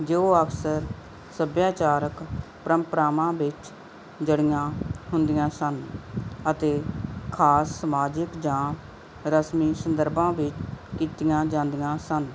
ਜੋ ਅਕਸਰ ਸੱਭਿਆਚਾਰਕ ਪਰੰਪਰਾਵਾਂ ਵਿੱਚ ਜੜ੍ਹੀਆਂ ਹੁੰਦੀਆਂ ਸਨ ਅਤੇ ਖਾਸ ਸਮਾਜਿਕ ਜਾਂ ਰਸਮੀ ਸੰਦਰਭਾਂ ਵਿੱਚ ਕੀਤੀਆਂ ਜਾਂਦੀਆਂ ਸਨ